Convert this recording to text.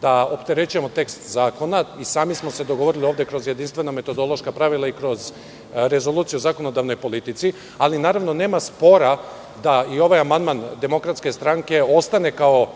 da opterećujemo tekst zakona.I sami smo se dogovorili ovde kroz jedinstvena metodološka pravila i kroz Rezoluciju o zakonodavnoj politici, ali nema spora da i ovaj amandman DS ostane kao